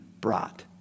brought